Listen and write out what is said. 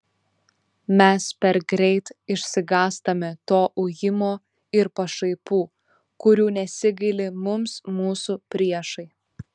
mes per greit išsigąstame to ujimo ir pašaipų kurių nesigaili mums mūsų priešai